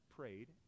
prayed